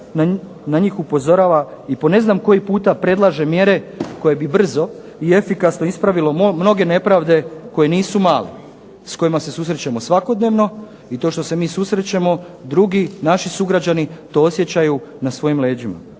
na njih upozorava i po ne znam koji puta predlaže mjere koje bi brzo i efikasno ispravile mnoge nepravde koje nisu male, s kojima se susrećemo svakodnevno i to što se mi susrećemo drugi naši sugrađani osjećaju na svojim leđima.